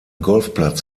golfplatz